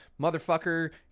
motherfucker